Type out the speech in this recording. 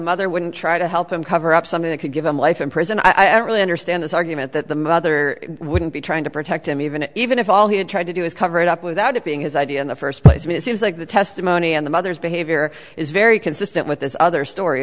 mother wouldn't try to help him cover up something that could give him life in prison i really understand this argument that the mother wouldn't be trying to protect him even if even if all he had tried to do is cover it up without it being his idea in the first place i mean it seems like the testimony and the mother's behavior is very consistent with this other story